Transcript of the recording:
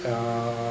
ah